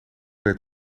werd